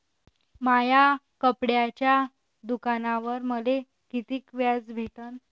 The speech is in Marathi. माया कपड्याच्या दुकानावर मले कितीक व्याज भेटन?